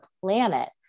planet